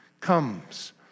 comes